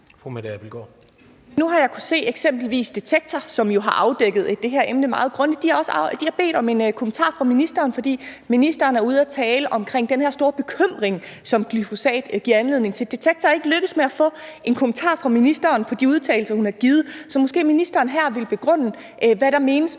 Nu har jeg kunnet se, at eksempelvis »Detektor«, som jo har afdækket det her emne meget grundigt, også har bedt om en kommentar fra ministeren, fordi ministeren er ude at tale om den her store bekymring, som glyfosat giver anledning til. »Detektor« er ikke lykkedes med at få en kommentar fra ministeren til de udtalelser, hun har givet, så måske vil ministeren her begrunde, hvad der menes med,